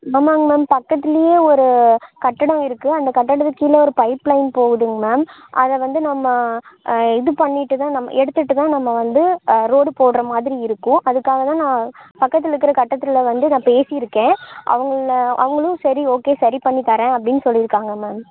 ஆமாங்க மேம் பக்கத்துலேயே ஒரு கட்டடம் இருக்குது அந்த கட்டடதுக்கு கீழே ஒரு பைப்லைன் போகுதுங் மேம் அதை வந்து நம்ம இது பண்ணிவிட்டு தான் நம் எடுத்துவிட்டு தான் நம்ம வந்து ரோடு போடுகிற மாதிரி இருக்கும் அதுக்காக தான் நான் பக்கத்தில் இருக்கிற கட்டத்தில் வந்து நான் பேசியிருக்கேன் அவங்கள்ல அவங்களும் சரி ஓகே சரி பண்ணி தரேன் அப்படின்னு சொல்லியிருக்காங்க மேம்